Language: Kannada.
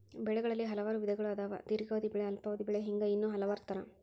ಬೆಳೆಗಳಲ್ಲಿ ಹಲವಾರು ವಿಧಗಳು ಅದಾವ ದೇರ್ಘಾವಧಿ ಬೆಳೆ ಅಲ್ಪಾವಧಿ ಬೆಳೆ ಹಿಂಗ ಇನ್ನೂ ಹಲವಾರ ತರಾ